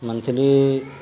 monthly